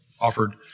Offered